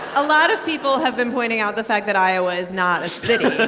a lot of people have been pointing out the fact that iowa is not a city